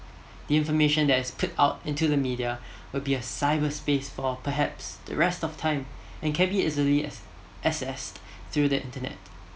the information that has put out into the media would be a cyber space for perhaps the rest of time and can be easily access through the internet